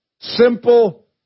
simple